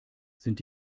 sind